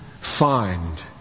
find